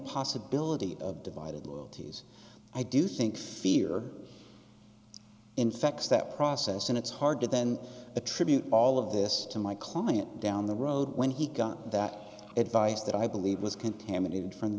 possibility of divided loyalties i do think fear infects that process and it's hard to then attribute all of this to my client down the road when he got that advice that i believe was contaminated from the